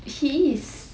he is